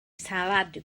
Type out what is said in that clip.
salad